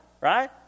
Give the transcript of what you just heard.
right